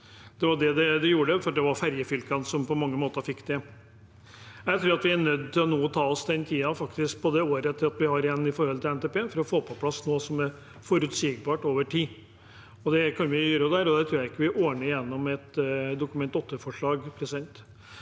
Det var det det gjorde, for det var ferjefylkene som på mange måter fikk det. Jeg tror vi nå er nødt til faktisk å ta oss den tiden, det året vi har igjen med hensyn til NTP, til å få på plass noe som er forutsigbart over tid. Det kan vi gjøre der, jeg tror ikke vi ordner det gjennom et Dokument 8-forslag.